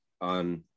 on